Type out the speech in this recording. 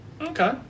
Okay